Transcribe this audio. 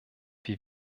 wir